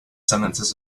sentences